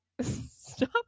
stop